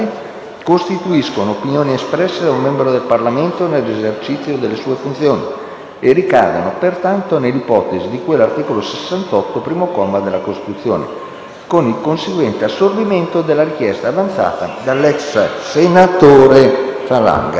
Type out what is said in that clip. costituiscono opinioni espresse da un membro del Parlamento nell'esercizio delle sue funzioni e ricadono pertanto nell'ipotesi di cui all'articolo 68, primo comma, della Costituzione, con il conseguente assorbimento della richiesta avanzata dall'ex senatore Falanga.